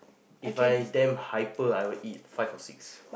If I damn hyper I would eat five or six